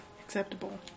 acceptable